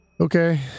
okay